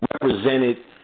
represented